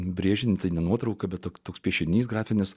brėžinį tai ne nuotrauka bet toks piešinys grafinis